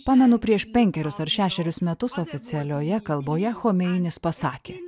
pamenu prieš penkerius ar šešerius metus oficialioje kalboje chomeinis pasakė